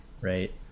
right